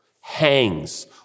hangs